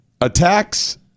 Attacks